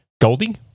Goldie